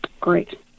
Great